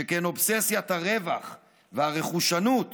שכן אובססיית הרווח והרכושנות